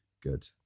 Good